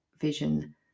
vision